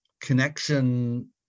connection